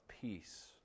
peace